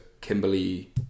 Kimberly